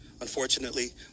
Unfortunately